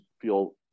feel